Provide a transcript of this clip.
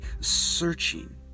searching